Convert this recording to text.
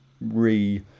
re-